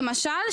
למשל,